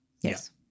Yes